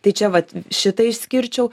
tai čia vat šitą išskirčiau